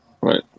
Right